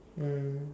mm